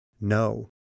no